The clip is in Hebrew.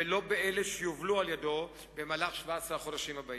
ולא באלה שיובלו על-ידו ב-17 החודשים הבאים.